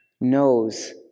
knows